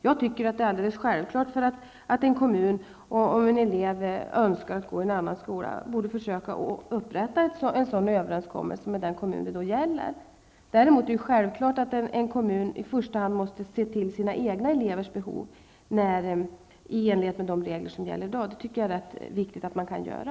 Jag tycker att det är alldeles självklart att kommunen, om en elev önskar gå i en annan skola, försöker upprätta en överenskommelse med den kommun det då gäller. Sedan är det naturligtvis också självklart att en kommun i första hand måste se till sina egna elevers behov, i enlighet med de regler som gäller i dag. Det tycker jag är rätt viktigt att kommunerna kan göra.